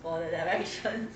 for the direction